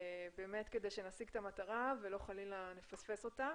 כדי שנשיג את המטרה ולא חלילה נפספס אותה.